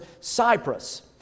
Cyprus